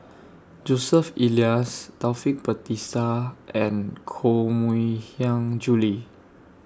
Joseph Elias Taufik Batisah and Koh Mui Hiang Julie